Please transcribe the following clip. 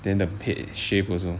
then the head shave also